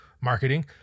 marketing